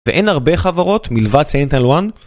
ואין הרבה חברות מלבד סיינט-אל-ואן